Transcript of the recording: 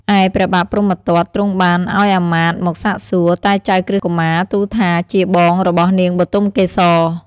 ឯព្រះបាទព្រហ្មទត្តទ្រង់បានឱ្យអាមាត្យមកសាកសួរ តែចៅក្រឹស្នកុមារទូលថាជាបងរបស់នាងបុទមកេសរ។